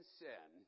sin